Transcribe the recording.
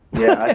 yeah,